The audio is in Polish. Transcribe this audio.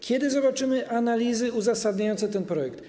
Kiedy zobaczymy analizy uzasadniające ten projekt?